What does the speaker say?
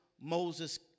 Moses